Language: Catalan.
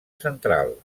central